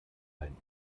einen